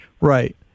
Right